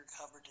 covered